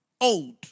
old